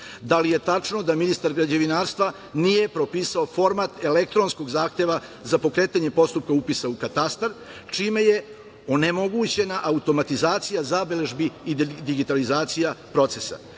li je tačno da ministar građevinarstva nije propisao format elektronskog zahteva za pokretanje postupka upisa u katastar, čime je onemogućena automatizacija zabeležbi i digitalizacija procesa.